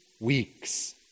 weeks